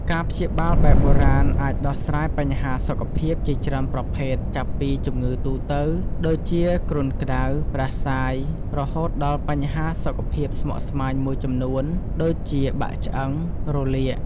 ការព្យាបាលបែបបុរាណអាចដោះស្រាយបញ្ហាសុខភាពជាច្រើនប្រភេទ ចាប់ពីជំងឺទូទៅ ដូចជាគ្រុនក្ដៅ ផ្ដាសាយ រហូតដល់បញ្ហាសុខភាពស្មុគស្មាញមួយចំនួន ដូចជាបាក់ឆ្អឹង រលាក។